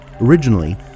Originally